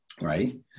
Right